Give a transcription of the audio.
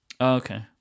okay